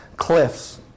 cliffs